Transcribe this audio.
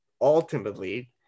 ultimately